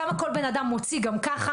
כמה כל בן אדם מוציא גם ככה,